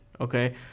okay